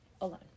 alone